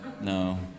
No